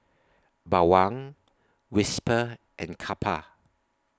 Bawang Whisper and Kappa